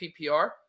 PPR